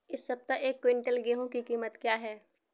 इस सप्ताह एक क्विंटल गेहूँ की कीमत क्या है?